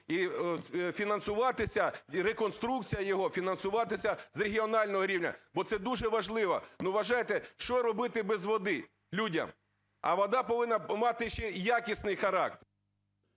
і фінансуватися, реконструкція його фінансуватися з регіонального рівня, бо це дуже важливо. Ну, вважайте, що робити без води людям? А вода повинна мати ще й якісний характер.